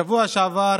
בשבוע שעבר